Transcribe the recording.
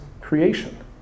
creation